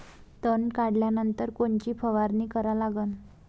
तन काढल्यानंतर कोनची फवारणी करा लागन?